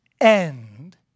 end